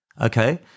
Okay